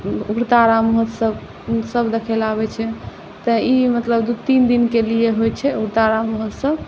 उग्रतारा महोत्सव ईसभ देखय लेल आबैत छै तऽ ई मतलब दू तीन दिनके लिए होइत छै उग्रतारा महोत्सव